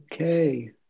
Okay